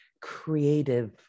creative